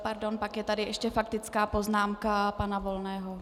Pardon, pak je tady ještě faktická poznámka pana Volného.